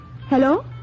Hello